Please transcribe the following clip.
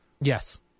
Yes